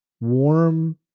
warm